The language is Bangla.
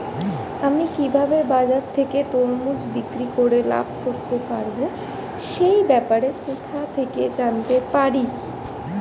আমি কিভাবে বাজার থেকে তরমুজ বিক্রি করে লাভ করতে পারব সে ব্যাপারে কোথা থেকে জানতে পারি?